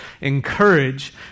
encourage